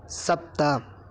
सप्त